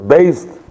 Based